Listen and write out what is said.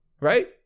Right